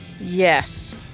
Yes